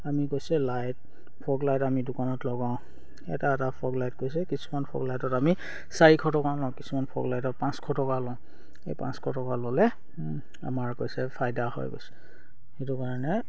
আমি কৈছে light fog light আমি দোকানত লগাওঁ এটা এটা ফগ লাইট কৈছে কিছুমান ফগ লাইটত আমি চাৰিশ টকা লওঁ কিছুমান ফগ লাইটত পাঁচশ টকা লওঁ এই পাঁচশ টকা ল'লে আমাৰ কৈছে ফাইদা হৈ গৈছে সেইটো কাৰণে